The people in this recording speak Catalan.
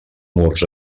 murs